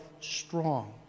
strong